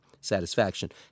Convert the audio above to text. satisfaction